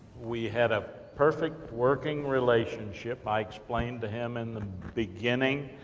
we had a perfect, working relationship. i explained to him in the beginning,